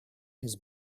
his